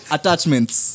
Attachments